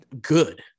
good